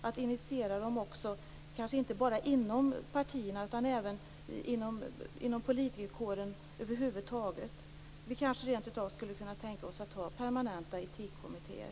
Detta behöver nog också göras inte bara inom partierna utan inom politikerkåren över huvud taget. Kanske skulle vi rent av kunna tänka oss att ha permanenta etikkommittéer.